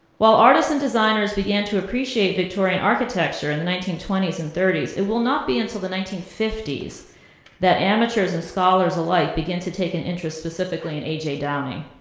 while artists and designers began to appreciate victorian architecture in the nineteen twenty s and thirty s, it will not be until the nineteen fifty s that amateurs and scholars alike begin to take an interest specifically in a j. downing.